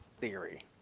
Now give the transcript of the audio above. theory